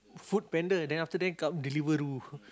FoodPanda then after that come Deliveroo